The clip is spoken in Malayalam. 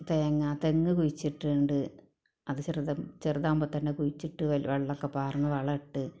തേങ്ങ തെങ്ങ് കുഴിച്ചിട്ടുണ്ട് അത് ചെറുത് ചെറുതാകുമ്പോൾ തന്നെ കുഴിച്ചിട്ട് അതിൽ ഉള്ളതൊക്കെ പാർന്ന് വളമിട്ട്